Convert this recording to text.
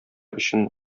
өчен